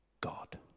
God